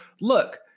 look